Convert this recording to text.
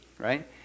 Right